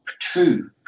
true